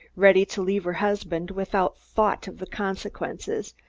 ready to leave her husband without thought of the consequences,